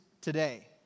today